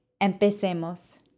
Empecemos